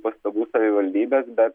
pastabų savivaldybės bet